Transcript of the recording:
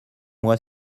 moi